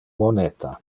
moneta